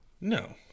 No